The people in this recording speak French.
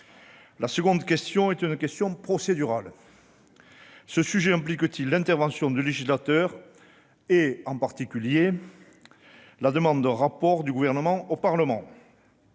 La seconde est une question procédurale : ce sujet implique-t-il l'intervention du législateur et, en particulier, la demande d'un rapport du Gouvernement au Parlement ?